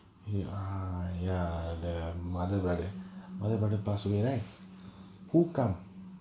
ya ya the mother brother mother brother pass away right who come